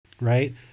right